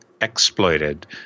exploited